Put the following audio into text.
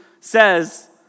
says